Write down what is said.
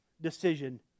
decision